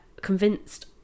convinced